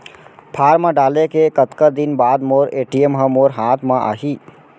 Form डाले के कतका दिन बाद मोर ए.टी.एम ह मोर हाथ म आही?